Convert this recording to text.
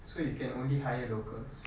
so you can only hire locals